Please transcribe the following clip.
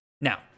Now